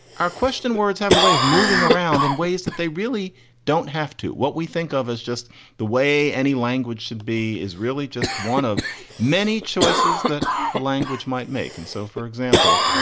our question words have a way of moving around in ways that they really don't have to. what we think of as just the way any language should be is really just one of many choices that a language might make. and so, for example,